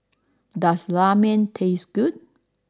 does Ramen taste good